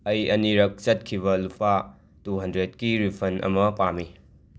ꯑꯩ ꯑꯅꯤꯔꯛ ꯆꯠꯈꯤꯕ ꯂꯨꯄꯥ ꯇꯨ ꯍꯟꯗ꯭ꯔꯦꯗꯀꯤ ꯔꯤꯐꯟ ꯑꯃ ꯄꯥꯝꯃꯤ